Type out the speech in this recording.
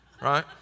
right